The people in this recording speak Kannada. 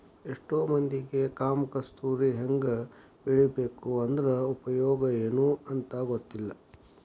ಎಷ್ಟೋ ಮಂದಿಗೆ ಕಾಮ ಕಸ್ತೂರಿ ಹೆಂಗ ಬೆಳಿಬೇಕು ಅದ್ರ ಉಪಯೋಗ ಎನೂ ಅಂತಾ ಗೊತ್ತಿಲ್ಲ